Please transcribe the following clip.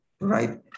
right